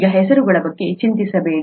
ಈಗ ಹೆಸರುಗಳ ಬಗ್ಗೆ ಚಿಂತಿಸಬೇಡಿ